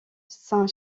saint